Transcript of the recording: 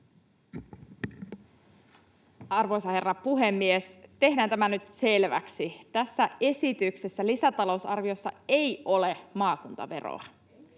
Arvoisa herra puhemies! Tehdään tämä nyt selväksi: tässä esityksessä, lisätalousarviossa, ei ole maakuntaveroa.